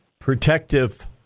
protective